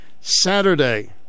Saturday